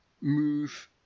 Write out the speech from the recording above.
move